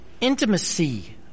intimacy